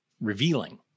revealing